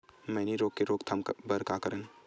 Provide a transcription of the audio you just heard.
मैनी रोग के रोक थाम बर का करन?